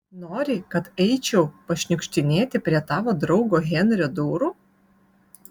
nori kad eičiau pašniukštinėti prie tavo draugo henrio durų